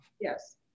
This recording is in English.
Yes